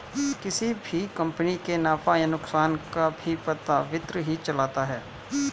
किसी भी कम्पनी के नफ़ा या नुकसान का भी पता वित्त ही चलता है